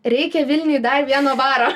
reikia vilniui dar vieno baro